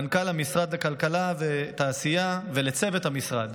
מנכ"ל משרד הכלכלה והתעשייה, ולצוות המשרד.